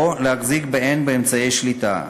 או להחזיק בהן אמצעי שליטה.